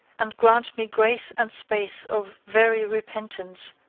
and grant me grace and space of very repentance,